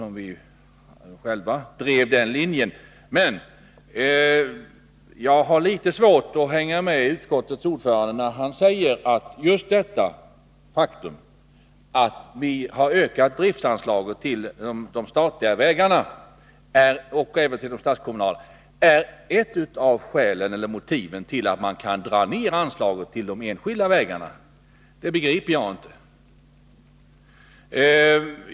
Men jag har litet svårt att hänga med utskottets ordförande när han säger att just det faktum att vi har ökat driftsanslagen till de statliga vägarna och även till de statskommunala är ett av skälen till att man kan dra ned anslagen till de enskilda vägarna. Det begriper jag inte.